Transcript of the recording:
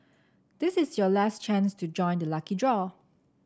this is your last chance to join the lucky draw